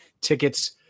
Tickets